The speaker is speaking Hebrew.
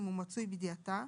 אם הוא מצוי בידיעתה,